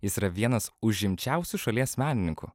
jis yra vienas užimčiausių šalies menininkų